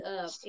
up